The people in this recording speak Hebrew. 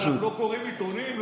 אנחנו לא קוראים עיתונים?